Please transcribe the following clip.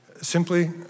simply